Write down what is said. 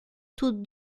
tudo